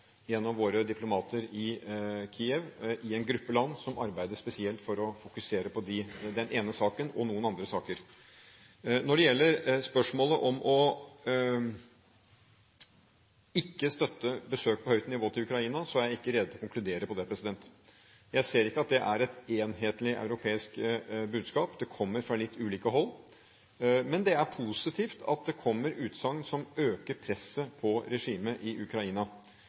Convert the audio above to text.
gjennom våre diplomater i Kiev, i en gruppe land som arbeider spesielt for å fokusere på den ene saken og noen andre saker. Når det gjelder spørsmålet om ikke å støtte besøk på høyt nivå til Ukraina, er jeg ikke rede til å konkludere på det. Jeg ser ikke at det er et enhetlig europeisk budskap, det kommer fra litt ulike hold, men det er positivt at det kommer utsagn som øker presset på regimet i Ukraina.